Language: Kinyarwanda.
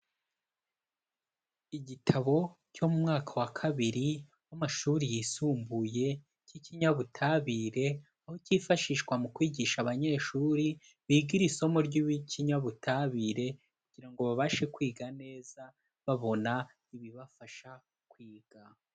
Igitabo cyo mu mwaka wa kabiri w'amashuri yisumbuye cy'ikinyabutabire, aho cyifashishwa mu kwigisha abanyeshuri biga iri somo ry'ikinyabutabire kugira ngo babashe kwiga neza, babona ibibafasha kwiga.